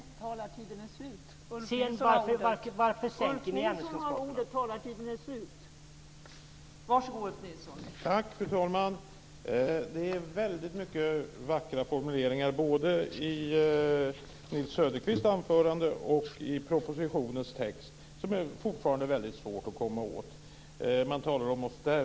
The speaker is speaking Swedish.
Varför sänker ni poängen för ämneskunskaperna?